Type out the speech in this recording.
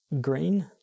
green